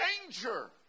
danger